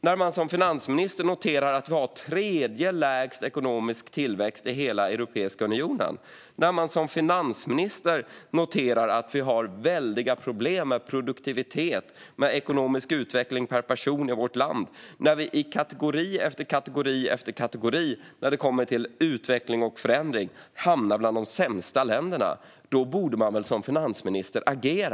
När man noterar att vi har den tredje lägsta ekonomiska tillväxten i hela Europeiska unionen, att vi har väldiga problem med produktivitet och ekonomisk utveckling per person i vårt land och att vi i kategori efter kategori gällande utveckling och förändring hamnar bland de sämsta länderna borde man väl som finansminister agera.